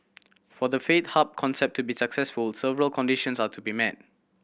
for the faith hub concept to be successful several conditions all to be met